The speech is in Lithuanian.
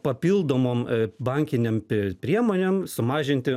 papildomom bankiniam priemonėm sumažinti